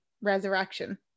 resurrection